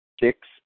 Six